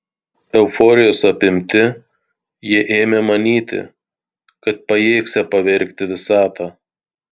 euforijos apimti jie ėmė manyti kad pajėgsią pavergti visatą